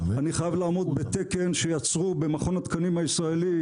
אני חייב לעמוד בתקן שיצרו במכון התקנים הישראלי,